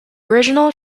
original